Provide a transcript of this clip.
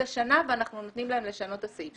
השנה ואנחנו נותנים להם לשנות את הסעיף.